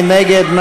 מי נגד?